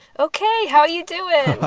ok. how are you doing? ah